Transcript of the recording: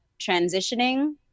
transitioning